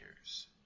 years